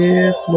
Yes